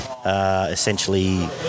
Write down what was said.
Essentially